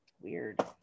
Weird